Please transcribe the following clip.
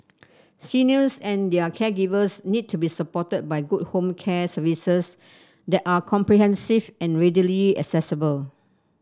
seniors and their caregivers need to be supported by good home care services that are comprehensive and readily accessible